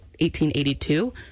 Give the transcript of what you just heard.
1882